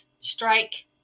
Strike